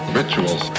rituals